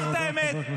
לומר את האמת.